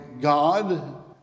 God